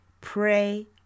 pray